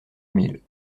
mille